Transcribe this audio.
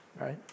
right